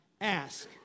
ask